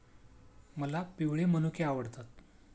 मला पिवळे मनुके आवडतात